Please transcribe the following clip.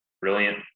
brilliant